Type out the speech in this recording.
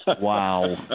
Wow